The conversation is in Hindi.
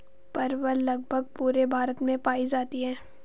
परवल लगभग पूरे भारत में पाई जाती है